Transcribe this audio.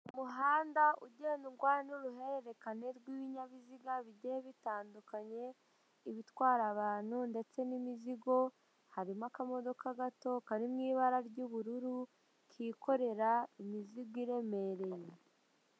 Umuhanda ugendwa n'uruhererekane rw'ibinyabiziga bigiye bitandukanye ibitwara abantu ndetse n'imizigo, harimo aka modoka gato kari mu ibara ry'ubururu kikorera imizigo iremereye.